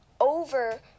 over